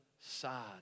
side